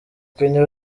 kanye